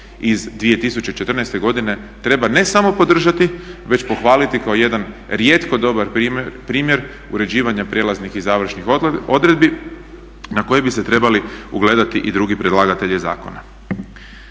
iz 2014.godine treba ne samo podržati već pohvaliti kako jedan rijetko dobar primjer uređivanja prijelaznih i završnih odredbi na koje bi se trebali ugledati i drugi predlagatelji zakona.